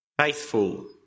Faithful